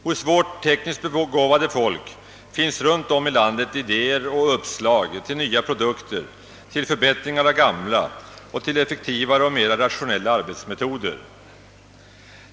Hos vårt tekniskt begåvade folk finns runt om i landet idéer och uppslag till nya produkter, till förbättringar av gamla och till effektivare och mera rationella arbetsmetoder.